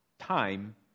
Time